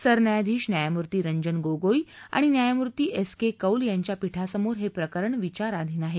सरन्यायाधीश न्यायमूर्ती रंजन गोगोई आणि न्यायमूर्ती एस के कौल यांच्या पीठासमोर हे प्रकरण विचाराधीन आहे